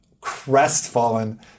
crestfallen